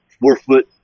four-foot